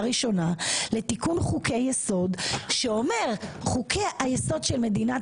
ראשונה לתיקון חוקי יסוד שאומר חוקי היסוד של מדינת